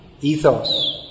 ethos